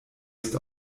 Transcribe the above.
ist